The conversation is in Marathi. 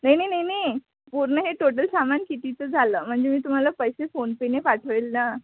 नाही नाही नाही नाही पूर्ण हे टोटल सामान कितीचं झालं म्हणजे मी तुम्हाला पैसे फोनपेने पाठवेल ना